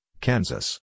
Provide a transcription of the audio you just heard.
Kansas